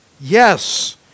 Yes